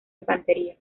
infantería